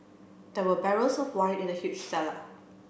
there were barrels of wine in the huge cellar